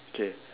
K